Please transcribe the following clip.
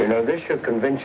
you know they should convince